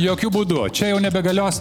jokiu būdu čia jau nebegalios